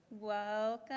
Welcome